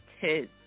kids